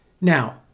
Now